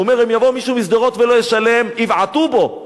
הוא אומר: אם יבוא מישהו משדרות ולא ישלם יבעטו בו,